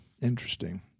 Interesting